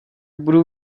budu